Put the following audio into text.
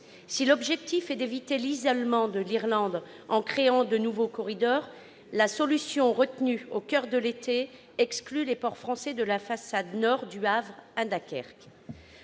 Si l'objectif est d'éviter l'isolement de l'Irlande en créant de nouveaux corridors, la solution retenue au coeur de l'été exclut les ports français de la façade nord, du Havre à Dunkerque.